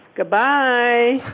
goodbye!